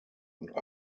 und